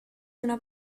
una